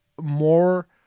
more